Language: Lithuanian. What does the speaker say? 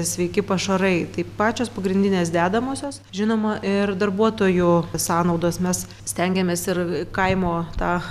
sveiki pašarai tai pačios pagrindinės dedamosios žinoma ir darbuotojų sąnaudos mes stengiamės ir kaimo tą